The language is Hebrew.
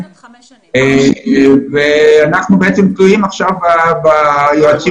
אנחנו עכשיו תלויים ביועצים